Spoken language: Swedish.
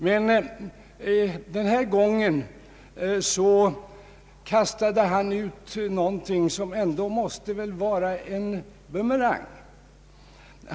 Men den här gången kastade han ut någonting som väl ändå måste vara en bumerang.